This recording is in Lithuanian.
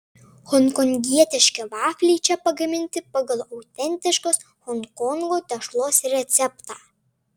honkongietiški vafliai čia pagaminti pagal autentiškos honkongo tešlos receptą